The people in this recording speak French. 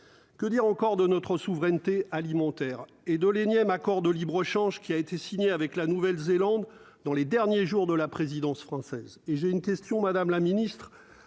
que dire encore de notre souveraineté alimentaire et de l'énième accord de libre-échange qui a été signé avec la Nouvelle-Zélande dans les derniers jours de la présidence française et j'ai une question, Madame la Ministre,